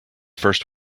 first